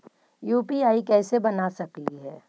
UPI कैसे बना सकली हे?